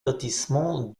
lotissement